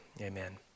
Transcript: Amen